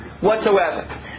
whatsoever